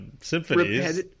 symphonies